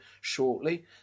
shortly